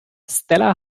stella